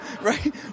right